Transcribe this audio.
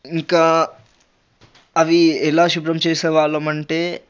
ఇంకా అవి ఎలా శుభ్రంచేసే వాళ్ళమంటే